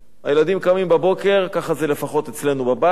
הילדים קמים בבוקר, ככה זה לפחות אצלנו בבית: